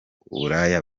uburaya